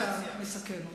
אתה מסכן אותה.